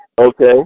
Okay